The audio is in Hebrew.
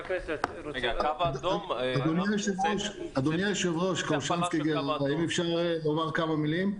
אדוני היושב-ראש, אפשר לומר כמה מילים?